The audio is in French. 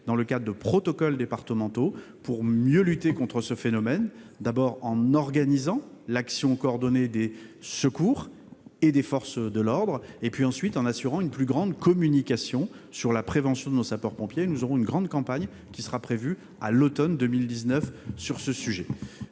dans le cadre de protocoles départementaux pour mieux lutter contre ce phénomène, d'abord en organisant l'action coordonnée des secours et des forces de l'ordre, puis en assurant une plus grande communication sur la prévention de nos sapeurs-pompiers. Une grande campagne est prévue à l'automne 2019 sur ce sujet.